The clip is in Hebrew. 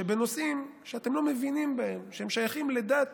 שבנושאים שאתם לא מבינים בהם, שהם שייכים לדת